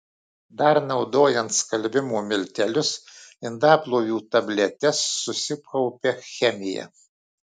dar naudojant skalbimo miltelius indaplovių tabletes susikaupia chemija